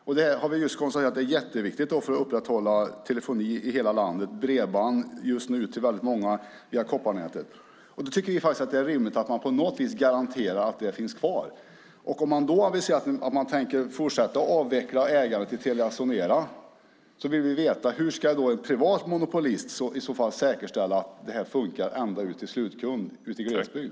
Vi har just konstaterat att kopparnätet är jätteviktigt för att upprätthålla telefoni och just nu bredband till väldigt många i hela landet. Därför tycker vi att det är rimligt att man på något vis garanterar att det finns kvar. Om man aviserar att man tänker fortsätta avveckla ägandet i Telia Sonera vill vi veta hur en privat monopolist i så fall ska säkerställa att detta fungerar ända ut till kunden i glesbygd.